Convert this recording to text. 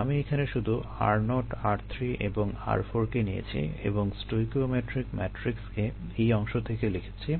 আমি এখানে শুধু r0 r 3 এবং r 4 কে নিয়েছি এবং স্টয়কিওমেট্রিক ম্যাট্রিক্সকে এই অংশ থেকে লিখেছি